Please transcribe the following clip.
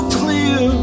clear